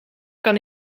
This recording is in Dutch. kan